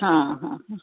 हां हां हां